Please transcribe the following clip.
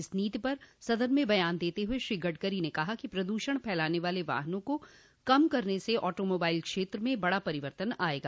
इस नीति पर सदन में बयान देत हुए श्री गडकरी ने कहा कि प्रद्रषण फैलाने वाले वाहनों को कम करने से ऑटो मोबाइल क्षेत्र में बडा परिवर्तन आएगा